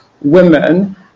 women